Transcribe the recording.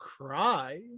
cry